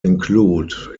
include